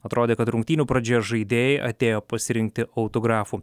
atrodė kad rungtynių pradžioje žaidėjai atėjo pasirinkti autografų